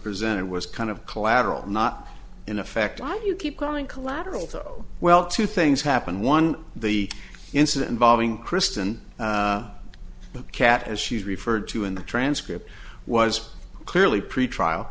presented was kind of collateral not in effect on you keep calling collateral to oh well two things happened one the incident involving kristen cat as she's referred to in the transcript was clearly pretrial